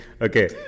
Okay